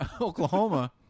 Oklahoma